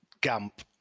GAMP